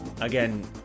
Again